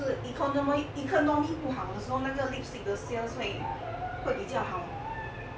就是 econom~ economy 不好的时候那个 lipstick 的 sales 会会比较好